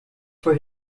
for